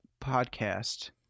podcast